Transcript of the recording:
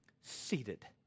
seated